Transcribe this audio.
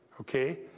okay